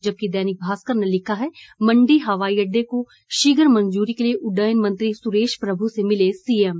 जबकि दैनिक भास्कर ने लिखा है मंडी हवाई अड्डे की शीघ्र मंजूरी के लिए उड्यन मंत्री सुरेश प्रभु से मिले सीएम